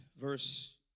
Verse